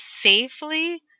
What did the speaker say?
safely